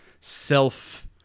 self